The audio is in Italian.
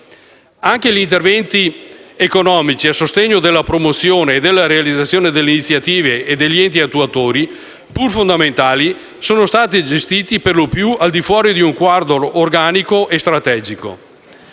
Anche gli interventi economici a sostegno della promozione e della realizzazione delle iniziative e degli enti attuatori, pur fondamentali, sono stati gestiti per lo più al di fuori di un quadro organico e strategico.